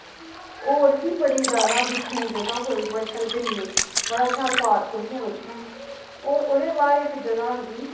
होर बी बड़ा ज्यादा दिक्खने दी जगह् कोई बड़ी शैल ग्रीनरी बड़ा शैल पार्क बी हैन उत्थे होर ओह्दे बाद च इक जगह् आंदी